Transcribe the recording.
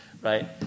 right